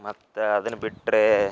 ಮತ್ತು ಅದನ್ನು ಬಿಟ್ಟರೆ